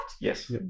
Yes